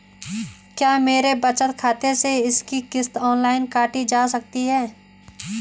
क्या मेरे बचत खाते से इसकी किश्त ऑनलाइन काटी जा सकती है?